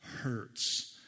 hurts